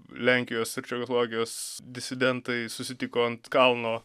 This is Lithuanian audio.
lenkijos ir čekoslovakijos disidentai susitiko ant kalno